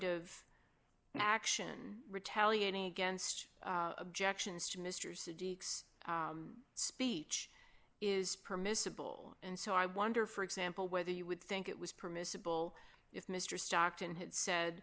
of action retaliating against objections to mr city x speech is permissible and so i wonder for example whether you would think it was permissible if mr stockton had said